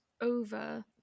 over